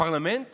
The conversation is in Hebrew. פרלמנט